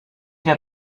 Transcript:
wir